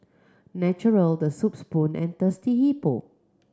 Naturel The Soup Spoon and Thirsty Hippo